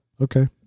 Okay